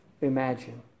imagine